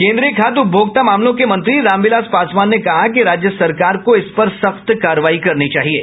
केंद्रीय खाद्य उपभोक्ता मामलों के मंत्री रामविलास पासवान ने कहा कि राज्य सरकार को इस पर सख्त कार्रवाई करनी चाहिये